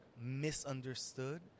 misunderstood